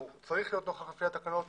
נוכח לפי התקנות